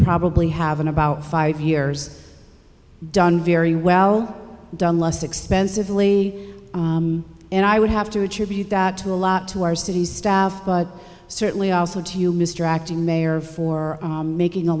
probably have in about five years done very well done less expensively and i would have to attribute that to a lot to our city's staff but certainly also to you mr acting mayor for making a